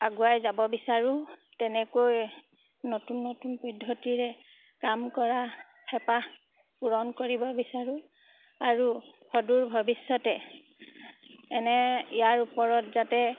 আগুৱাই যাব বিচাৰোঁ তেনেকৈ নতুন নতুন পদ্ধতিৰে কাম কৰা হেঁপাহ পূৰণ কৰিব বিচাৰোঁ আৰু সদূৰ ভৱিষ্যতে এনে ইয়াৰ ওপৰত যাতে